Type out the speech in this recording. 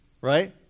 Right